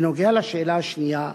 בנוגע לשאלה השנייה,